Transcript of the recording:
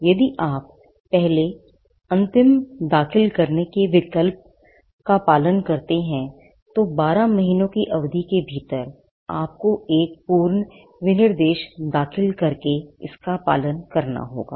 यदि आप पहले अंतिम दाखिल करने के विकल्प का पालन करते हैं तो 12 महीनों की अवधि के भीतर आपको एक पूर्ण विनिर्देश दाखिल करके इसका पालन करना होगा